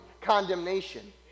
condemnation